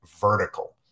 vertical